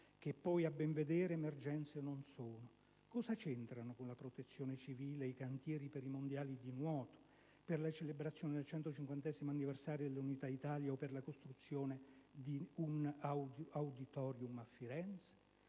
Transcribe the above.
che poi, a ben vedere, emergenze non sono. Cosa c'entrano con la Protezione civile i cantieri per i mondiali di nuoto, per le celebrazioni del 150° anniversario dell'Unità d'Italia o per la costruzione di un *auditorium* a Firenze?